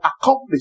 accomplish